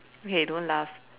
okay don't laugh